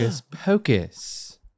Pocus